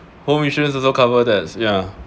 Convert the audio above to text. home insurance also cover that yeah